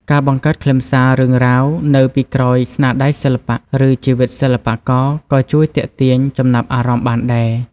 ការបង្កើតខ្លឹមសាររឿងរ៉ាវ នៅពីក្រោយស្នាដៃសិល្បៈ ឬជីវិតសិល្បករក៏ជួយទាក់ទាញចំណាប់អារម្មណ៍បានដែរ។